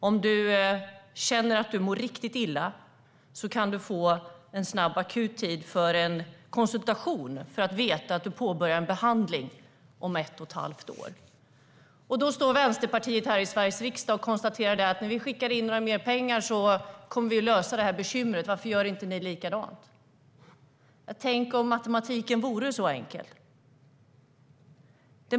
Om du känner att du mår riktigt illa kan du få en akut tid för en konsultation för att veta att du påbörjar en behandling om ett och ett halvt år. Då står Vänsterpartiet här i Sveriges riksdag och säger att de vill lösa det här bekymret med att skicka in mer pengar och undrar varför inte vi gör likadant. Ja, tänk om matematiken vore så enkel!